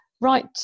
right